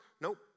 Nope